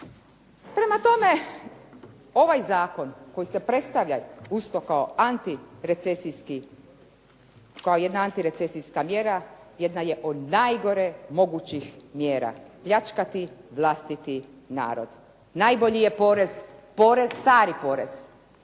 Prema tome, ovaj zakon koji se predstavlja uz to kao jedna antirecesijska mjera, jedna je od najgore mogućih mjera, pljačkati vlastiti narod. Najbolji je porez stari porez,